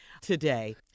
today